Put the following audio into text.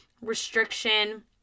restriction